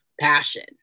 passion